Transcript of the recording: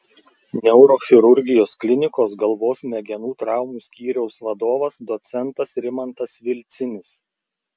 neurochirurgijos klinikos galvos smegenų traumų skyriaus vadovas docentas rimantas vilcinis